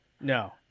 No